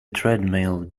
treadmill